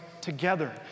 together